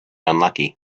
unlucky